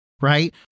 right